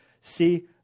see